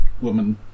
woman